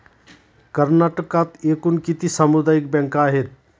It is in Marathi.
कर्नाटकात एकूण किती सामुदायिक बँका आहेत?